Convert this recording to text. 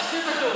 אתה טועה.